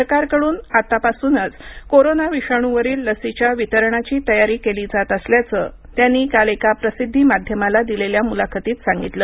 सरकारकडून आतापासूनच कोरोना विषाणूवरील लसीच्या वितरणाची तयारी केली जात असल्याचं त्यांनी काल एका प्रसिद्धी माध्यमाला दिलेल्या मुलाखतीत सांगितलं